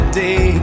day